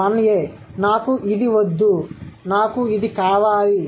1 ఎ నాకు ఇది వద్దు నాకు ఇది కావాలి